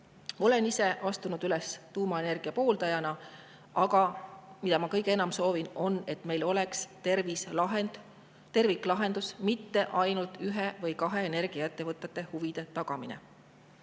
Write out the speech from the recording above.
Olen ise astunud üles tuumaenergia pooldajana, aga kõige enam soovin ma seda, et meil oleks terviklahendus, mitte ainult ühe või kahe energiaettevõtte huvide tagamine.